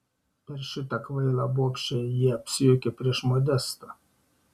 per šitą kvailą bobšę ji apsijuokė prieš modestą